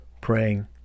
praying